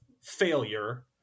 failure